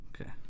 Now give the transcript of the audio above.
Okay